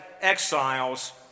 exiles